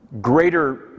greater